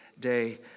day